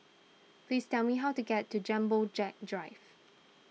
please tell me how to get to Jumbo Jet Drive